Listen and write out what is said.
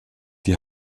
die